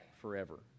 forever